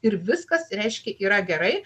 ir viskas reiškia yra gerai